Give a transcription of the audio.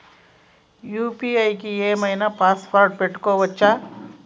UPI కి ఏం ఐనా పాస్వర్డ్ పెట్టుకోవచ్చా?